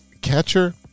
Catcher